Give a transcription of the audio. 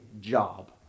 job